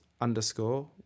underscore